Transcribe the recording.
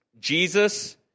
Jesus